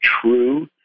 true